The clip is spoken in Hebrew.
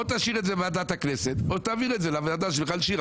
או שתשאיר את זה בוועדת הכנסת או שתעביר את זה לוועדה של מיכל שיר.